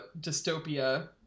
dystopia